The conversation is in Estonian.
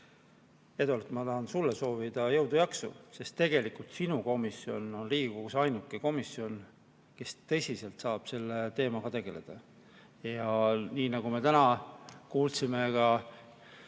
Eduard, ma tahan sulle soovida jõudu-jaksu, sest tegelikult sinu komisjon on Riigikogus ainuke komisjon, kes tõsiselt saab selle teemaga tegeleda. Me täna kuulsime